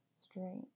straight